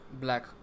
Black